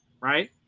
right